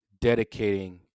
dedicating